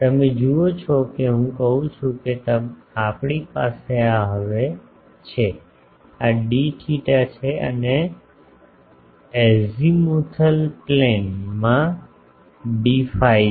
તમે જુઓ છો કે હું કહું છું કે આપણી પાસે આ હવે છે આ ડી થેટા છે અને અઝીમુથલ પ્લેનમાં ડી ફાઇ હશે